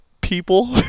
people